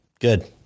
Good